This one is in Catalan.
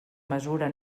mesura